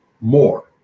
more